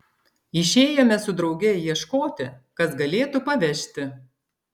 išėjome su drauge ieškoti kas galėtų pavežti